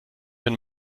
wenn